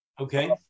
Okay